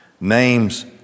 names